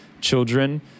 children